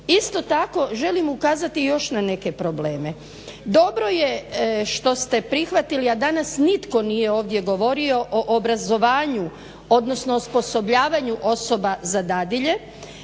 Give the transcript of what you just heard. Isto tako želim ukazati na još neke probleme. Dobro je što ste prihvatili, a danas nitko nije ovdje govorio o obrazovanju odnosno osposobljavanju osoba za dadilje,